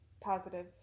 positive